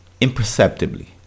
imperceptibly